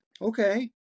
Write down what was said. Okay